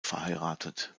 verheiratet